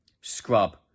Scrub